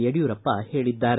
ಯಡಿಯೂರಪ್ಪ ಹೇಳಿದ್ದಾರೆ